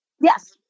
yes